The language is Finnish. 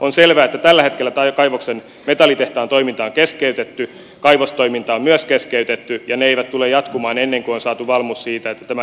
on selvää että tällä hetkellä kaivoksen metallitehtaan toiminta on keskeytetty kaivostoiminta on myös keskeytetty ja ne eivät tule jatkumaan ennen kuin on saatu varmuus siitä että tämä jätevesipäästö saadaan kuriin